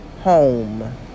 home